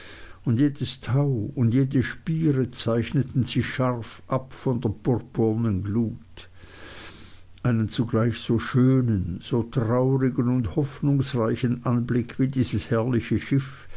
und jedes tau und jede spiere zeichneten sich scharf ab von der purpurnen glut einen zugleich so schönen so traurigen und hoffnungsreichen anblick wie dieses herrliche schiff